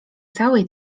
całej